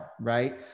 right